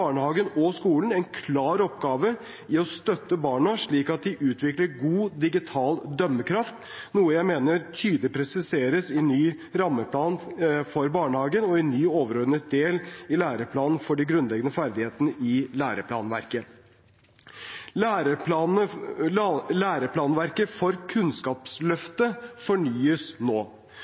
og skolen en klar oppgave i å støtte barna, slik at de utvikler god digital dømmekraft, noe jeg mener tydelig presiseres i ny rammeplan for barnehagen og i ny overordnet del i læreplanen for de grunnleggende ferdighetene i læreplanverket. Læreplanverket for Kunnskapsløftet fornyes nå.